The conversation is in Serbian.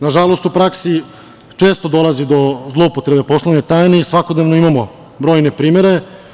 Nažalost, u praksi često dolazi do zloupotrebe poslovne tajne i svakodnevno imao brojne primere.